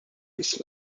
his